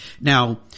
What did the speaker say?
Now